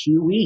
QE